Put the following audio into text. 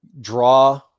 Draw